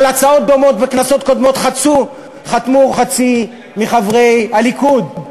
על הצעות דומות בכנסות קודמות חתמו חצי מחברי הליכוד.